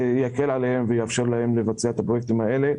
זה יקל עליהם ויאפשר להם לבצע את הפרויקטים האלה.